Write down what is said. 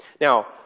Now